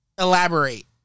elaborate